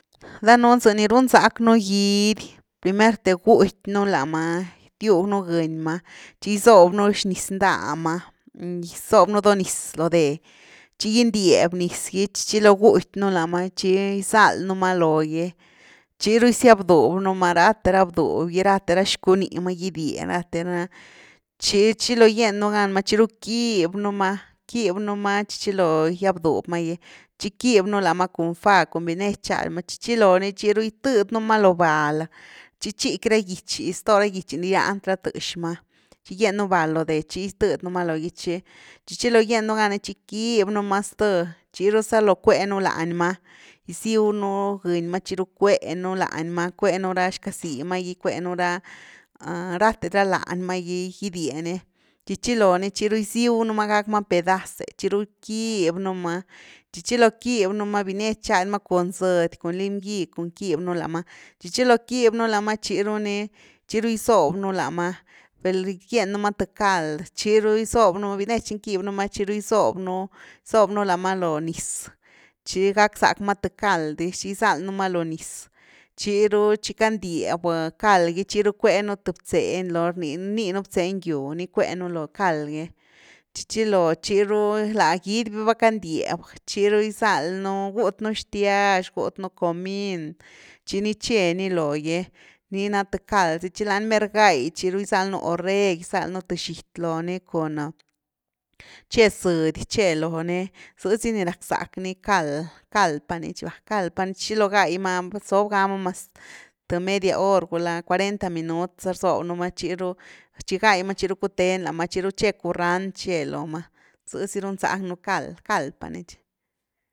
Danuunu za ni run zack npú gidy, primerthe guty nú lama, gitiug nú gëny ma, tchi gysob nú niz ndá ma, gisob nú do niz lo de, tchi gindiab niz gy tchi chiló guty nú lama tchi gizal nú lama logy, tchi ru gisiab duh nú lama, rathe ra bduby gy rathe ra xcuni ma gidie rathe ra tchi tchilo gien nú gan ma tchiru quib nú má, quiby nú ma tchichiloo guiab duby ma gy tchi quiby nú lama cun fá cun, binietch chady ma, tchi chiloo ni chiru gitëdy nú ma lo val tchi chiqui ra gitchy, ztoo ra gitchy ni rian tëx ma tchi gien nu val lo de, tchi gitëdy nú ma logy tchi, chi chiloo gyenu gan ní tchi quiby nú ma sth, tchiru gysalo gickue nu lany ma, giziu nú geny ma, tchi ru cue nú lany ma cue nu ra xcazy ma, cuenú ra- rathe ra lany ma’gy gidye ni, tchi chiloo ni tchiru gysiu nú ma gack ma pedaz’e tchiru quëby nú ma, tchi chiloo quëby nú ma, tchi chiloo ni tchiru gisiunu ma gack ma pedaz’e tchiru quiby nú ma, tchi chilo quibnu ma binietch chady ma cun zëdy cun lim gy cun quibnu lama tchi chiloo quiby nu lama tchiru ni, tchiru gisob nu lama, val’na giennu ma th cald, tchiru gisob nú biniech ni quiby nú ma tchi ru gisob nú- tchi ru gisob nú lama lo niz tchi gackzack ma th cald dis, tchi gisaldnu ma lo niz tchiru tchi candiab cald gy tchiru cuenu th btzeny loni ni rnii nu btzeny gyw, ni cue nuú lo cald gy, tchi chiloo tchiru la gidy va candieb, chiru gizald nu gút nú xtiax gút nú comin, tchi ni che ni logy, ni na th cald zy, tchi lany mer gai chiru gisald nu oreg, gizald nú th xity loni kun tche zëdy, tche loo ni zëzy ni rack zack ni cald – cald pa ni chi va, cald pa ni, tchi chilo gai ma, rzob gama mas th media hor gula cuarenta minut za rzob nú ma tchiru tchi gai ma chiru cuathenu lama tchiru tche curand tche loo ma, zëzy run zack nú cald- cald pa ni tchi.